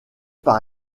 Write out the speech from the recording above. par